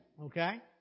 Okay